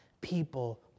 People